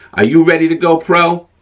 are you ready to go pro?